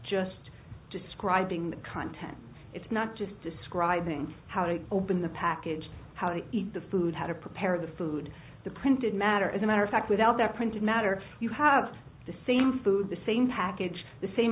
just describing the content it's not just describing how to open the package how to eat the food how to prepare the food the printed matter as a matter of fact without that printed matter you have the same food the same package the same